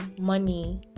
money